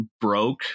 broke